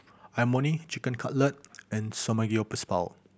Imoni Chicken Cutlet and Samgyeopsal